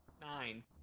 Nine